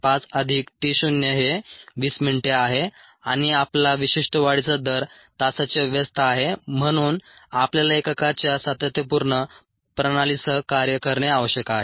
5 अधिक t शून्य हे 20 मिनिटे आहे आणि आपला विशिष्ट वाढीचा दर तासाच्या व्यस्त आहे म्हणून आपल्याला एककाच्या सातत्यपूर्ण प्रणालीसह कार्य करणे आवश्यक आहे